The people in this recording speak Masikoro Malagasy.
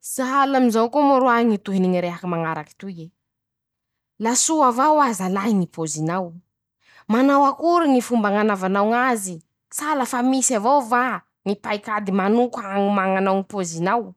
Sahala amizao koa moa roahy ñy tohiny ñy rehaky mañaraky toy e: -"La soa avao aza lahy ñy pôzinao, manao akory ñy fomba añanaovanao ñ'azy ?Sa la fa misy avao va ñy paikady manoka añomañanao ñy pôzinao?